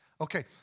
Okay